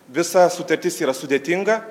visa sutartis yra sudėtinga